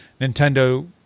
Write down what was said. nintendo